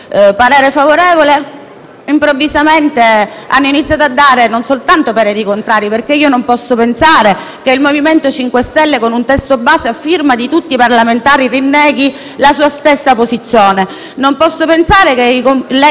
improvvisamente ha iniziato a esprimere pareri contrari. Ma io non posso pensare che il MoVimento 5 Stelle, con un testo base a firma di tutti i parlamentari, rinneghi la sua stessa posizione. Non posso pensare che i colleghi della Lega